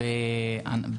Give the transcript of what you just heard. בארץ.